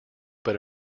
but